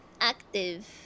active